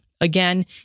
Again